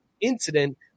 incident